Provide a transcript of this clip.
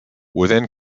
within